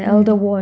mm